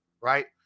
right